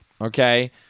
Okay